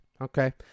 okay